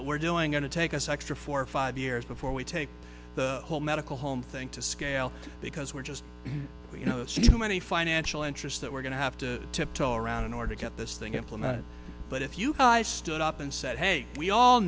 what we're doing going to take us extra four or five years before we take the whole medical home thing to scale because we're just you know see how many financial interests that we're going to have to tiptoe around in order to get this thing implemented but if you guys stood up and said hey we all